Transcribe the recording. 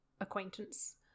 acquaintance